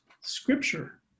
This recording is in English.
Scripture